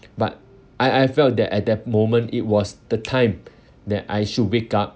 but I I felt that at that moment it was the time that I should wake up